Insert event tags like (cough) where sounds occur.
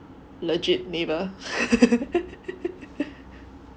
legit neighbour (laughs)